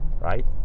right